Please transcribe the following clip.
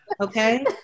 Okay